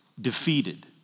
defeated